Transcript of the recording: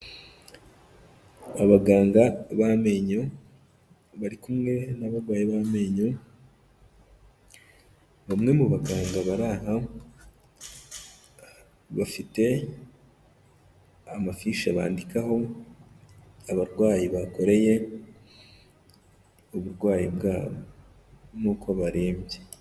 Abaganga b'amenyo bari kumwe n'abarwayi b'amenyo, bamwe mu baganga bari aha bafite amafishi bandikaho abarwayi bakoreye uburwayi bwabo n'uko barembye.